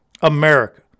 America